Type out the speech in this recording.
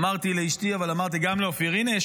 אמרתי לאשתי אבל אמרתי גם לאופיר: הינה,